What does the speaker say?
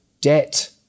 debt